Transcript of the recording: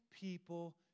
people